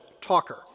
talker